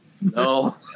no